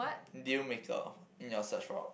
deal maker in your search for